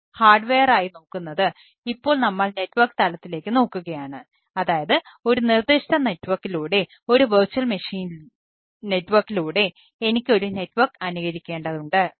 അതിനാൽ നമ്മൾ ഹാർഡ്വെയറായി അനുകരിക്കേണ്ടതുണ്ട്